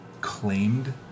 claimed